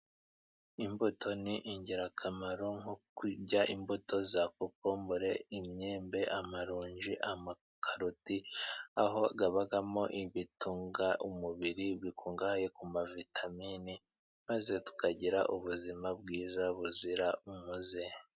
Imbuto ni ingirakamaro, nko kurya imbuto za kokombure, imyembe, amaronji, amakaroti, aho abamo ibitunga umubiri bikungahaye ku ma vitamini, maze tukagira ubuzima bwiza buzira umuze.